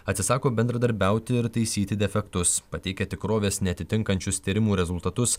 atsisako bendradarbiauti ir taisyti defektus pateikia tikrovės neatitinkančius tyrimų rezultatus